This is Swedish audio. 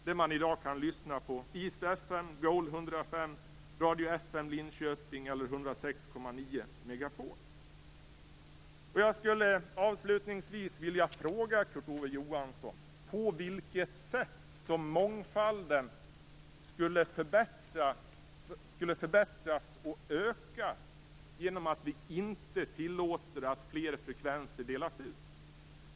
Där kan man i dag lyssna på East FM, Jag skulle avslutningsvis vilja fråga Kurt Ove Johansson på vilket sätt mångfalden skulle förbättras och öka genom att vi inte tillåter att fler frekvenser delas ut.